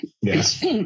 Yes